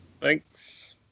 thanks